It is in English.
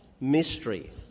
mystery